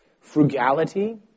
frugality